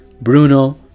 Bruno